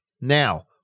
Now